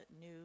New